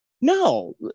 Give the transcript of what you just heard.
no